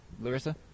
larissa